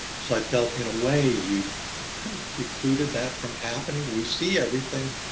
so i felt in a way, you kind of precluded that from happening. we see everything,